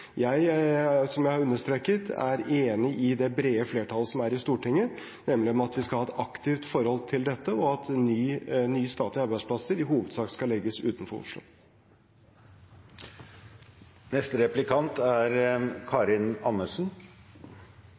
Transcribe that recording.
Som jeg har understreket, er jeg enig med det brede flertallet som er i Stortinget, om at vi skal ha et aktivt forhold til dette, og at nye statlige arbeidsplasser i hovedsak skal legges utenfor